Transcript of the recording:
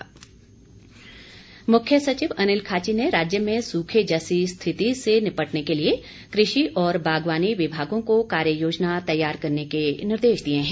मुख्य सचिव मुख्य सचिव अनिल खाची ने राज्य में सूखे जैसी स्थिति से निपटने के लिए कृषि और बागवानी विभागों को कार्य योजना तैयार करने के निर्देश दिए हैं